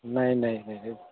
नहीं नहीं